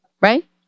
right